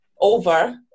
over